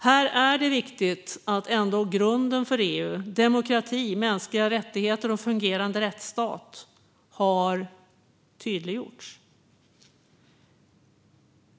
Här är det viktigt att grunden för EU - demokrati, mänskliga rättigheter och en fungerande rättsstat - har tydliggjorts.